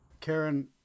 Karen